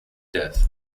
death